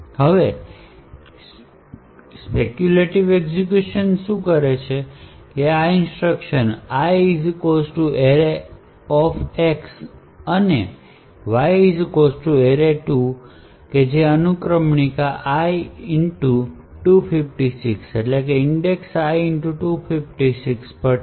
અને speculative execution શું કરશે કે આ ઇન્સટ્રકશન I arrayX અને Y array2 અનુક્રમણિકા I 256 પર છે